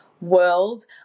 world